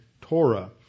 Torah